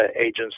agents